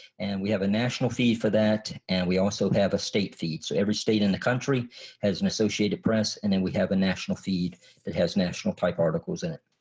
and we have a national feed for that and we also have a state feed. so every state in the country has an associated press. and then we have a national feed that has national type articles in it.